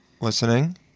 listening